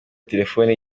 telefoni